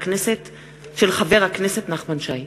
הצעתו של חבר הכנסת נחמן שי.